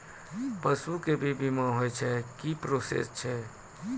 पसु के भी बीमा होय छै, की प्रोसेस छै?